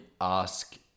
ask